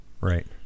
Right